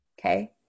okay